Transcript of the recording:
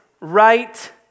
right